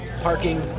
Parking